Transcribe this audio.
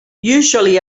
usually